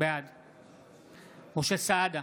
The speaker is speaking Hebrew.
בעד משה סעדה,